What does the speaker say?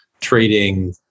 trading